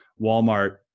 Walmart